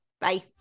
Bye